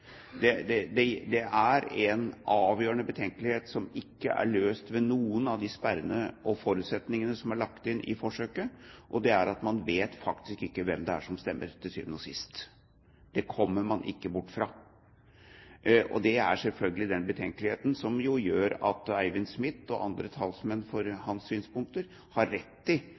Det er én avgjørende betenkelighet som ikke er løst ved noen av de sperrene og forutsetningene som er lagt inn i forsøket, og det er at man vet faktisk ikke til syvende og sist hvem det er som stemmer. Det kommer man ikke bort fra. Og det er selvfølgelig den betenkeligheten som gjør at professor Eivind Smith, og andre talsmenn for hans synspunkter, har rett i